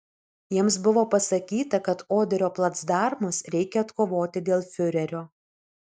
jiems buvo pasakyta kad oderio placdarmus reikia atkovoti dėl fiurerio